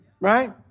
right